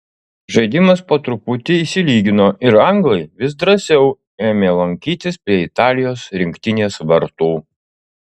žaidimas po truputį išsilygino ir anglai vis drąsiau ėmė lankytis prie italijos rinktinės vartų